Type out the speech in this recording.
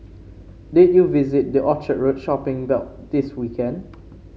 did you visit the Orchard Road shopping belt this weekend